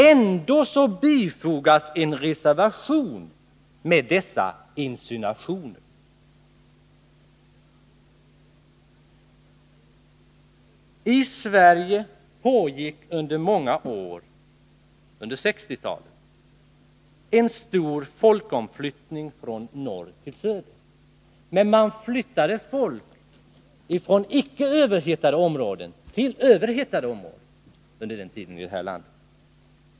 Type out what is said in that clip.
Ändå bifogas en reservation med dessa insinuationer. I Sverige pågick under många år under 1960-talet en stor folkomflyttning från norr till söder. Man flyttade på den tiden folk från icke överhettade till överhettade områden i vårt land.